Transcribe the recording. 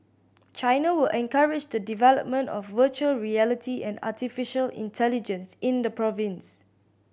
China will encourage the development of virtual reality and artificial intelligence in the province